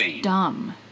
dumb